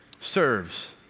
Serves